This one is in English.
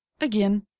again